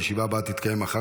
הישיבה הבאה תתקיים מחר,